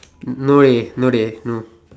no eh no dey no